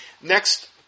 Next